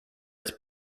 its